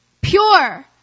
pure